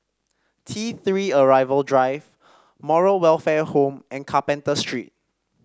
T Three Arrival Drive Moral Welfare Home and Carpenter Street